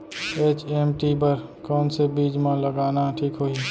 HMT बर कौन से बीज मा लगाना ठीक होही?